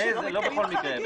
לא בכל מקרה.